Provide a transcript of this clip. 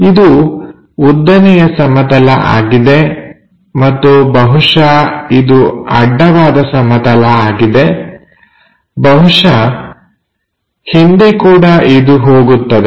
ಇದು ಉದ್ದನೆಯ ಸಮತಲ ಆಗಿದೆ ಮತ್ತು ಬಹುಶಃ ಇದು ಅಡ್ಡವಾದ ಸಮತಲ ಆಗಿದೆ ಬಹುಶಃ ಹಿಂದೆ ಕೂಡ ಇದು ಹೋಗುತ್ತದೆ